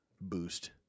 boost